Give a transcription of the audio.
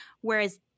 Whereas